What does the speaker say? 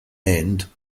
end